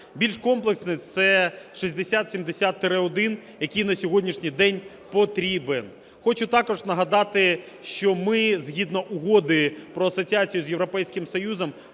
Більш комплексний – це 6070-1, який на сьогоднішній день потрібен. Хочу також нагадати, що ми згідно Угоди про асоціацію з Європейським Союзом